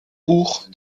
buch